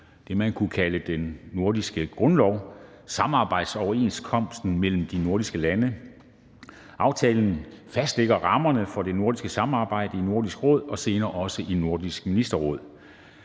det, man kunne kalde den nordiske grundlov, samarbejdsoverenskomsten mellem de nordiske lande. Aftalen fastlægger rammerne for det nordiske samarbejde i Nordisk Råd og senere også i Nordisk Ministerråd.